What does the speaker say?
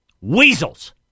Weasels